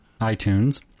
iTunes